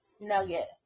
nugget